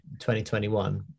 2021